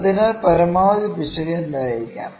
അതിനാൽ പരമാവധി പിശക് എന്തായിരിക്കാം